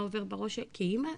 מה עובר בראש כאימא,